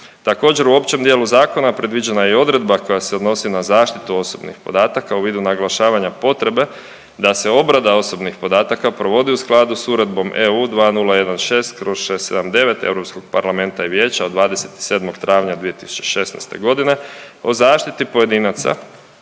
Također u općem dijelu zakona predviđena je i odredba koja se odnosi na zaštitu osobnih podataka u vidu naglašavanja potrebe da se obrada osobnih podataka provodi u skladu s Uredbom EU 2016/679 Europskog parlamenta i vijeća od 27. travnja 2016. godine, o zaštiti pojedinaca